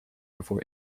before